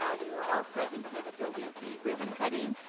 ah we were all present for the building p ribbon-cutting,